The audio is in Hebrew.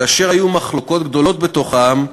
כאשר היו מחלוקות גדולות בעם,